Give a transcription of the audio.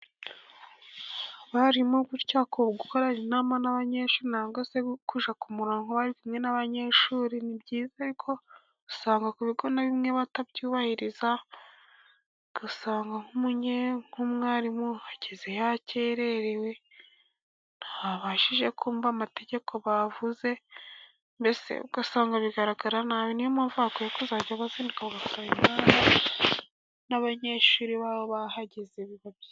Abarimu burya gukorana inama n'abanyeshuri cyangwa se kujya ku muronko bari kumwe n'abanyeshuri ni byiza, ariko usanga ku bigo bimwe na bimwe batabyubahiriza, ugasanga nk'umwarimu ahageze yakererewe, ntabashije kumva amategeko bavuze mbese ugasanga bigaragara nabi. N'iyo mpamvu bakwiye kuzajya bazinduka, bagakorana inama n'abanyeshuri babo bahageze biba byiza.